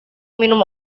minum